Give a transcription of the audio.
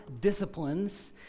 disciplines